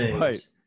Right